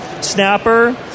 snapper